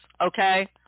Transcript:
okay